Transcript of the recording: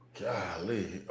Golly